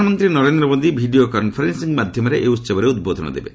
ପ୍ରଧାନମନ୍ତ୍ରୀ Narendra Modi video conferencing ମାଧ୍ୟମରେ ଏହି ଉହବରେ ଉଦ୍ବୋଧନ ଦେବେ